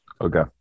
Okay